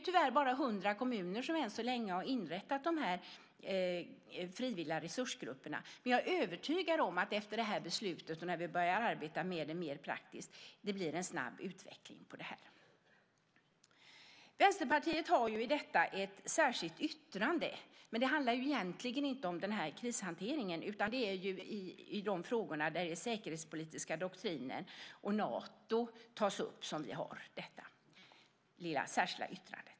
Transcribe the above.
Tyvärr har ännu så länge endast 100 kommuner inrättat frivilliga resursgrupper, men jag är övertygad om att det efter det här beslutet, och när vi mer praktiskt börjar arbeta med det, blir en snabb utveckling. Vänsterpartiet har ett särskilt yttrande, men det handlar egentligen inte om krishanteringen utan gäller de frågor som rör den säkerhetspolitiska doktrinen. I det särskilda lilla yttrandet tas frågan om Nato upp.